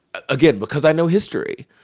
ah again, because i know history,